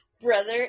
Brother